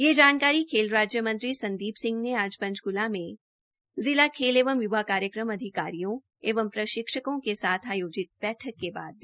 यह जानकारी खेल राज्य मंत्री संदीप सिंह ने आज पंचक्ला में जिला खेल एवं य्वा कार्यक्रम अधिकारियों एवं प्रशिक्षकों के साथ आयोजित बैठक के बाद दी